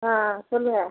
ஆ ஆ சொல்லுங்கள்